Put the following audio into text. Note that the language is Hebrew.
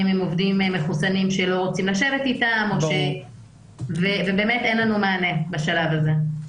עם עובדים מחוסנים שלא רוצים לשבת אתם ובאמת אין לנו מענה בשלב הזה.